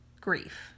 grief